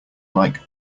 like